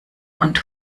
und